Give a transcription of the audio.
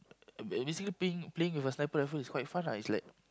every every single playing playing with a sniper-rifle is quite fun lah it's like